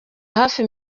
hafi